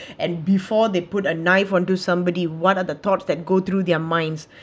and before they put a knife onto somebody what are the thoughts that go through their minds